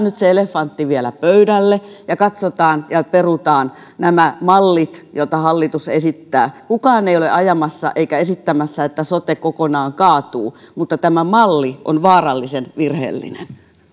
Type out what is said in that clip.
nyt se elefantti vielä pöydälle ja katsotaan ja perutaan nämä mallit joita hallitus esittää kukaan ei ole ajamassa eikä esittämässä että sote kokonaan kaatuu mutta tämä malli on vaarallisen virheellinen ja